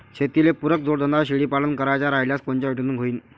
शेतीले पुरक जोडधंदा शेळीपालन करायचा राह्यल्यास कोनच्या योजनेतून होईन?